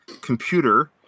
computer